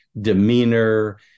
demeanor